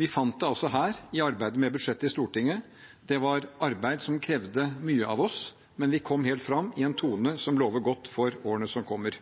Vi fant det altså her, i arbeidet med budsjettet i Stortinget. Det var et arbeid som krevde mye av oss, men vi kom helt fram i en tone som lover godt for årene som kommer.